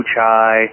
Chai